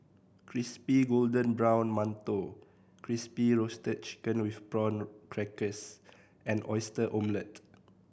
crispy golden brown mantou Crispy Roasted Chicken with Prawn Crackers and Oyster Omelette